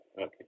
Okay